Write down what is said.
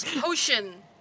potion